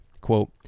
quote